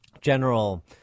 general